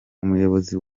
umuyobozi